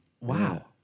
wow